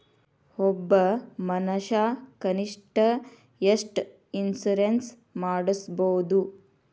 ಒಬ್ಬ ಮನಷಾ ಕನಿಷ್ಠ ಎಷ್ಟ್ ಇನ್ಸುರೆನ್ಸ್ ಮಾಡ್ಸ್ಬೊದು?